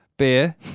Beer